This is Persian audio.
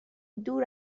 دور